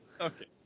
Okay